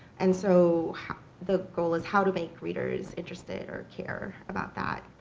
and so the goal is how to make readers interested or care about that.